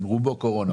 רובו קורונה.